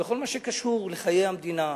בכל מה שקשור לחיי המדינה,